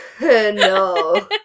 No